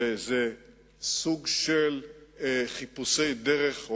זה סוג של חיפושי דרך,